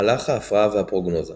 מהלך ההפרעה והפרוגנוזה